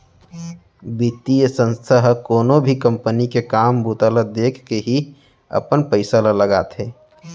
बितीय संस्था ह कोनो भी कंपनी के काम बूता ल देखके ही अपन पइसा ल लगाथे